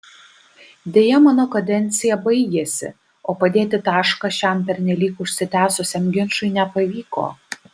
deja mano kadencija baigėsi o padėti tašką šiam pernelyg užsitęsusiam ginčui nepavyko